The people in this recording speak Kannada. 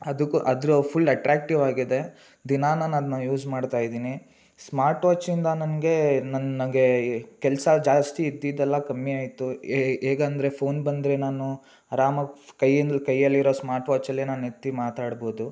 ಅದಕ್ಕೂ ಅದು ಫುಲ್ ಅಟ್ರ್ಯಾಕ್ಟಿವಾಗಿದೆ ದಿನಾ ನಾನು ಅದನ್ನ ಯೂಸ್ ಮಾಡ್ತಾಯಿದ್ದೀನಿ ಸ್ಮಾರ್ಟ್ ವಾಚಿಂದ ನನಗೆ ನನಗೆ ಕೆಲಸ ಜಾಸ್ತಿ ಇದ್ದಿದ್ದೆಲ್ಲ ಕಮ್ಮಿಯಾಯಿತು ಹೇಗಂದ್ರೆ ಫೋನ್ ಬಂದರೆ ನಾನು ಅರಾಮಾಗಿ ಫ್ ಕೈಯಿಂದ್ಲೇ ಕೈಯಲ್ಲಿರೋ ಸ್ಮಾರ್ಟ್ ವಾಚಲ್ಲೇ ನಾನು ಎತ್ತಿ ಮಾತಾಡ್ಬೋದು